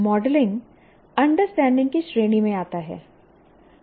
modelling understanding की श्रेणी में आता है